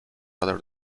rather